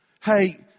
Hey